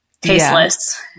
tasteless